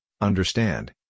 understand